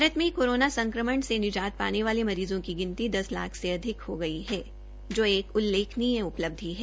भारत में कोरोना संक्रमण से निजात पाने वाले मरीजों की गिनती दस लाख से अधिक हो गई है जो एक बड़ी उपलब्धि है